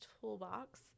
toolbox